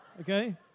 okay